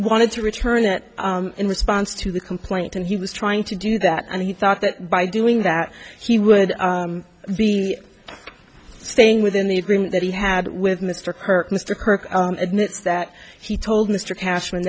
wanted to return it in response to the complaint and he was trying to do that and he thought that by doing that he would be staying within the agreement that he had with mr kirk mr kirk admits that he told mr cash